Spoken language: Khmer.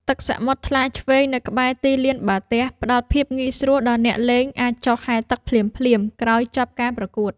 ទឹកសមុទ្រថ្លាឈ្វេងនៅក្បែរទីលានបាល់ទះ ផ្ដល់ភាពងាយស្រួលដល់អ្នកលេងអាចចុះហែលទឹកភ្លាមៗក្រោយចប់ការប្រកួត។